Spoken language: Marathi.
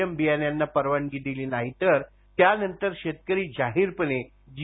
एम बियाण्यांना परवानगी दिली नाही तर त्या नंतर शेतकरी जाहीरपणे जी